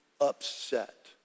upset